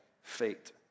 fate